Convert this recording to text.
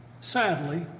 sadly